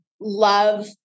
love